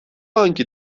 anki